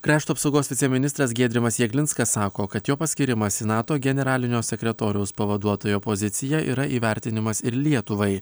krašto apsaugos viceministras giedrimas jeglinskas sako kad jo paskyrimas į nato generalinio sekretoriaus pavaduotojo poziciją yra įvertinimas ir lietuvai